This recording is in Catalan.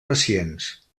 pacients